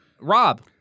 Rob